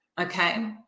Okay